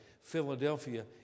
Philadelphia